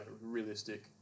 realistic